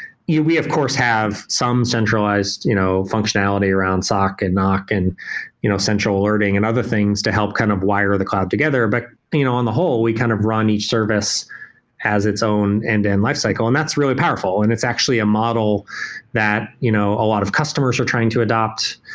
yeah we of course have some centralized you know functionality around soc and noc and you know central learning and other things to help kind of wire the cloud together. but you know on the whole, we kind of run each service as its own end-to-end lifecycle, and that's really powerful and it's actually a model that you know a lot of customers are trying to adopt.